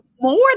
more